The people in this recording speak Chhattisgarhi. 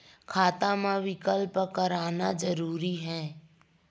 खाता मा विकल्प करना जरूरी है?